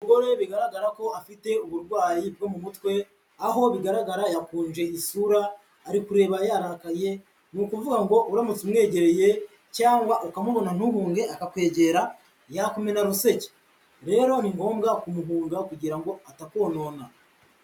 Umugore bigaragara ko afite uburwayi bwo mu mutwe, aho bigaragara yakonje isura, ari kureba yarakaye, ni ukuvuga ngo uramutse umwegereye cyangwa ukamubona ntuhunge akakwegera yakumena ruseke. Rero ni ngombwa kumuhunga kugira ngo atakonona.